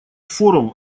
форум